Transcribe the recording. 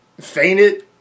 fainted